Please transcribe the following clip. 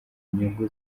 nyungu